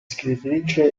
scrittrice